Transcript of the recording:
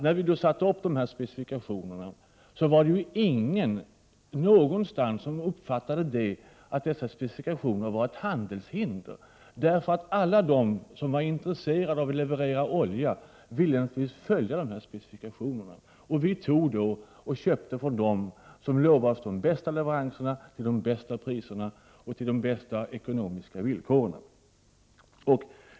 När vi satte upp dessa specifikationer uppfattade ingen det så att dessa var ett handelshinder. Alla de som var intresserade av att leverera olja ville naturligtvis följa dessa specifikationer, och vi köpte från dem som lovade de bästa leveranserna, de bästa priserna och de bästa ekonomiska villkoren.